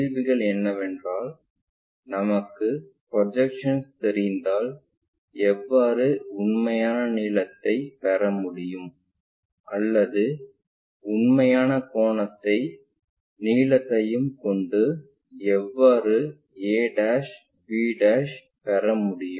கேள்விகள் என்னவென்றால் நமக்கு ப்ரொஜெக்ஷன் தெரிந்தால் எவ்வாறு உண்மையான நீளத்தைப் பெறமுடியும் அல்லது உண்மையான கோணத்தையும் நீளத்தையும் கொண்டு எவ்வாறு a b பெறமுடியும்